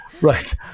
Right